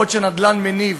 בעוד שבנדל"ן מניב